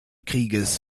krieges